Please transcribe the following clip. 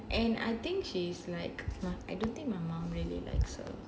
and and I think she's like I don't think my mum really likes her